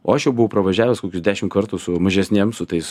o aš jau buvau pravažiavęs kokius dešim kartų su mažesnėm su tais